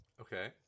Okay